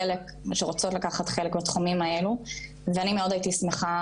שרוצות לקחת חלק בתחומים האלו ואני מאוד הייתי שמחה